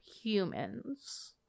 humans